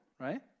right